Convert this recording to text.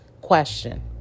Question